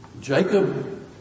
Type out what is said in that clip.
Jacob